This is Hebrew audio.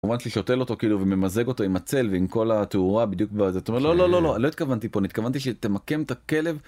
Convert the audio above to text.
שותל אותו כאילו וממזג אותו עם הצל ועם כל התאורה בדיוק בזה לא לא לא לא לא התכוונתי פה נתכוונתי שתמקם את הכלב